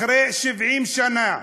אחרי 70 שנה.